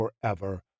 forever